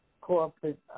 corporate –